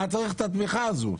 למה צריך את התמיכה הזאת?